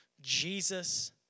Jesus